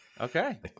Okay